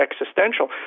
existential